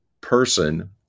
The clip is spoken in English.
person